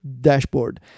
dashboard